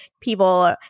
people